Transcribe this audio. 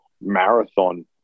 marathon